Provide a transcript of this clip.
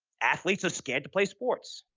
athletes are scared to play sports.